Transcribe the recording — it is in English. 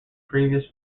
previous